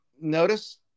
notice